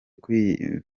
kwiyumvisha